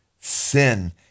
sin